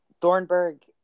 Thornburg